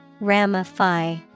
Ramify